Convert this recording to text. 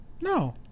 no